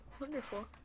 Wonderful